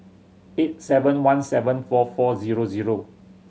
eight seven one seven four four zero zero